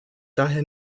daher